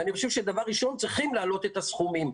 אני חושב שדבר ראשון צריכים להעלות את הסכומים.